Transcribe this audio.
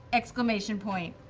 exclamation point.